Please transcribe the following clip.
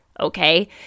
Okay